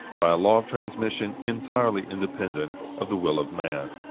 by a law of transmission entirely independent of the will of man.